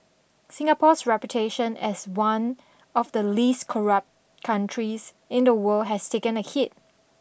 Singapore's reputation as one of the least corrupt countries in the world has taken a hit